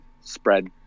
spread